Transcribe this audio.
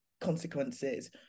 consequences